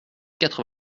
quatre